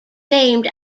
named